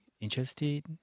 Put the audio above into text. interested